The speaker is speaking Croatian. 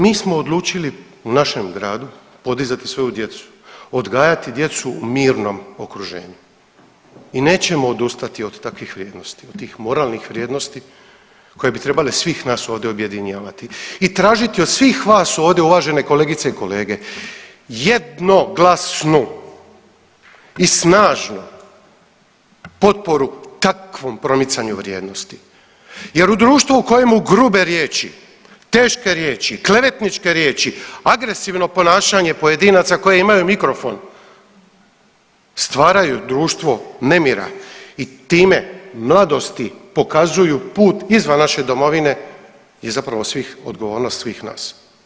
Mi smo odlučili u našem gradu podizati svoju djecu, odgajati djecu u mirnom okruženju i nećemo odustati od takvih vrijednosti od tih moralnih vrijednosti koje bi trebali svih nas ovdje objedinjavati i tražiti od svih vas ovdje uvažene kolegice i kolege, jednoglasnu i snažnu potporu takvom promicanju vrijednosti jer u društvu u kojemu grube riječi, teške riječi, klevetničke riječi, agresivno ponašanje pojedinaca koje imaju mikrofon stvaraju društvo nemira i time mladosti pokazuju put izvan naše domovine je zapravo odgovornost svih nas.